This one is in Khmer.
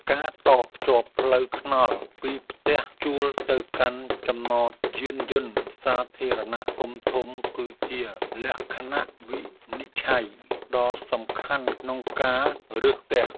ការតភ្ជាប់ផ្លូវថ្នល់ពីផ្ទះជួលទៅកាន់ចំណតយានយន្តសាធារណៈធំៗគឺជាលក្ខណៈវិនិច្ឆ័យដ៏សំខាន់ក្នុងការរើសផ្ទះ។